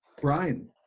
brian